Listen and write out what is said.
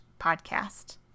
podcast